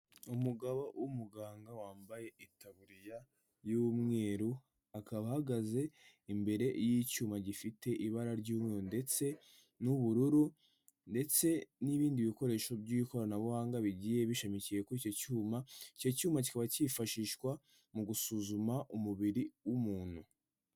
Umugabo w'umuganga wambaye itaburiya y'umweru, akaba ahagaze imbere y'icyuma gifite ibara ry'umweru ndetse n'ubururu ndetse n'ibindi bikoresho by'ibikoranabuhanga bigiye bishamikiye kuri icyo cyuma, icyo cyuma kikaba cyifashishwa mu gusuzuma umubiri w'umuntu.